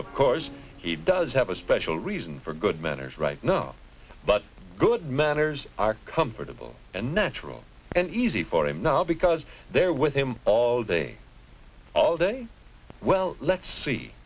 of course he does have a special reason for good manners right now but good manners are comfortable and natural and easy for him now because they're with him all day all day well let's see